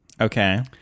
Okay